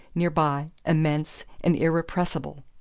near-by, immense and irrepressible.